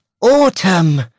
autumn